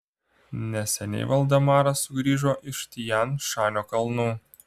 neseniai valdemaras sugrįžo iš tian šanio kalnų